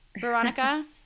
Veronica